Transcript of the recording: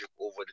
over